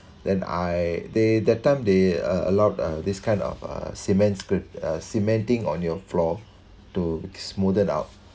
then I they that time they uh allowed uh this kind of uh cement skirt uh cementing on your floor to smoothen out